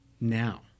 now